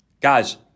Guys